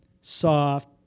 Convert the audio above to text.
soft